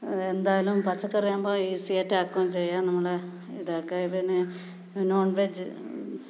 എന്തായാലും പച്ചക്കറിയാകുമ്പോൾ ഈസയായിട്ട് ആക്കുവോം ചെയ്യാം നമ്മൾ ഇതാക്കൻ പിന്നെ നോൺ വെജ്